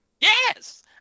yes